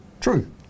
True